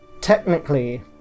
Technically